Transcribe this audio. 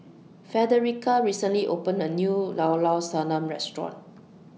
Frederica recently opened A New Llao Llao Sanum Restaurant